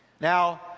now